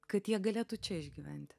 kad jie galėtų čia išgyventi